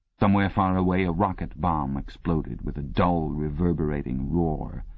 somewhere far away a rocket bomb exploded with a dull, reverberating roar.